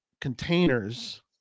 containers